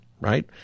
right